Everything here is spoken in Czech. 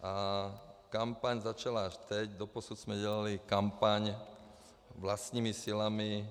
A kampaň začala až teď, doposud jsme dělali kampaň vlastními silami.